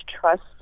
trust